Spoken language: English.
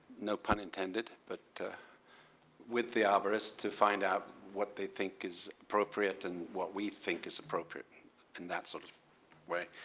no pun intended. but with the arbourists to find out what they think is appropriate and what we think is appropriate and that sort of way.